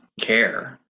care